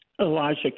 Elijah